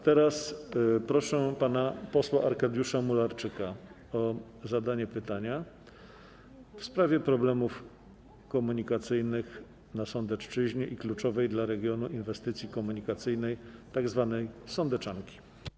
Teraz proszę pana posła Arkadiusza Mularczyka o zadanie pytania w sprawie problemów komunikacyjnych na Sądecczyźnie i kluczowej dla regionu inwestycji komunikacyjnej, tzw. sądeczanki.